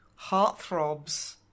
Heartthrobs